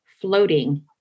floating